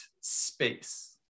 space